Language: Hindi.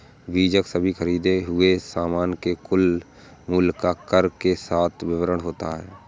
बीजक सभी खरीदें हुए सामान के कुल मूल्य का कर के साथ विवरण होता है